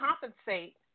compensate